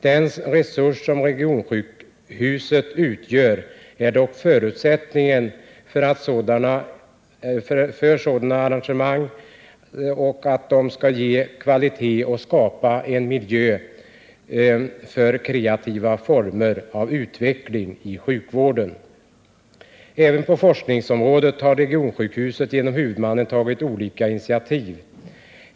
Den resurs som regionsjukhuset utgör är dock förutsättningen för sådana arrangemang, för att ge kvalitet åt dessa och för att skapa en miljö för kreativ utveckling i sjukvården. Även på forskningsområdet har regionsjukhuset genom huvudmannen tagit olika initiativ.